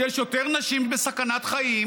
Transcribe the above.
שיש יותר נשים בסכנת חיים,